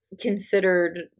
considered